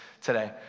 today